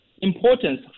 importance